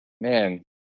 man